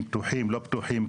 אם פתוחים לא פתוחים,